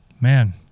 man